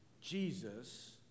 Jesus